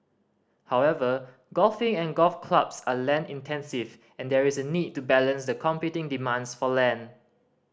however golfing and golf clubs are land intensive and there is a need to balance the competing demands for land